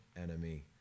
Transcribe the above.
enemy